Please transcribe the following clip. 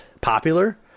popular